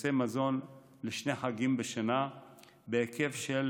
וכרטיסי מזון לשני חגים בשנה בהיקף של